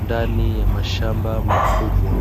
ndani ya mashamba makubwa.